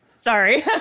Sorry